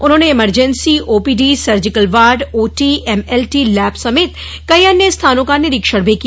उन्होंने emergency OPD surgical ward OT MLT lab समेत कई अन्य स्थानों का निरीक्षण भी किया